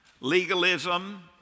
legalism